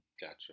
Gotcha